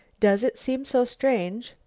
does it seem so strange?